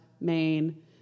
Maine